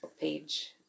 page